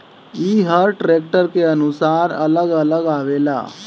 ई हर ट्रैक्टर के अनुसार अलग अलग आवेला